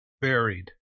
buried